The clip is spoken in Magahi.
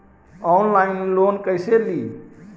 ऑनलाइन लोन कैसे ली?